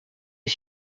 est